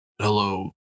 Hello